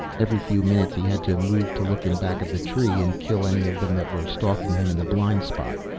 every few minutes he had to move to look in back of the tree, and kill any of them that were stalking him in the blind spot.